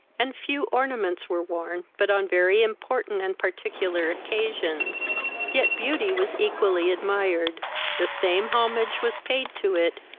and few ornaments were worn but on very important and particular occasions yet beauty was equally admired the same homage was paid to it,